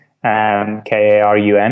K-A-R-U-N